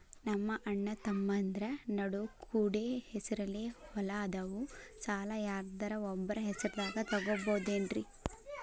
ನಮ್ಮಅಣ್ಣತಮ್ಮಂದ್ರ ನಡು ಕೂಡಿ ಹೆಸರಲೆ ಹೊಲಾ ಅದಾವು, ಸಾಲ ಯಾರ್ದರ ಒಬ್ಬರ ಹೆಸರದಾಗ ತಗೋಬೋದೇನ್ರಿ?